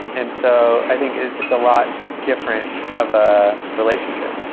and so i think it's a lot different of a relationship.